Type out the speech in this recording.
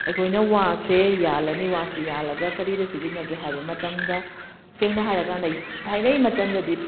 ꯑꯩꯈꯣꯏꯅ ꯋꯥꯁꯦ ꯌꯥꯜꯂꯅꯤ ꯋꯥꯁꯦ ꯌꯥꯜꯂꯒ ꯀꯔꯤꯗ ꯁꯤꯖꯤꯟꯅꯒꯦ ꯍꯥꯏꯕ ꯃꯇꯝꯗ ꯁꯦꯡꯅ ꯍꯥꯏꯔ ꯀꯥꯟꯗ ꯊꯥꯏꯅꯩ ꯃꯇꯝꯗꯗꯤ